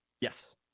yes